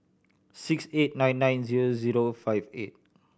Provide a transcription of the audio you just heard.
six eight nine nine zero zero five eight